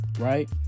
right